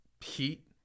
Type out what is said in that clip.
heat